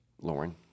Lauren